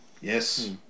Yes